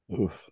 Oof